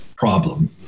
Problem